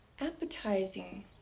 appetizing